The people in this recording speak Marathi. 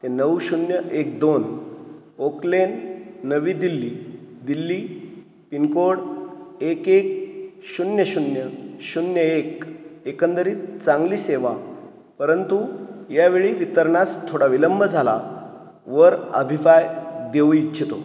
ते नऊ शून्य एक दोन ओक लेन नवी दिल्ली दिल्ली पिन कोड एक एक शून्य शून्य शून्य एक एकंदरीत चांगली सेवा परंतु यावेळी वितरणास थोडा विलंब झाला वर अभिफाय देऊ इच्छितो